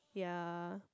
ya